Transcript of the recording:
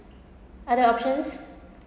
other options